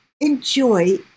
enjoy